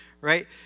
right